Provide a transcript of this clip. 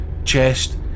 chest